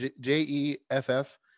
J-E-F-F